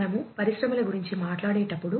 మనము పరిశ్రమల గురించి మాట్లాడేటప్పుడు